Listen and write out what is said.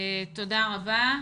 תודה רבה.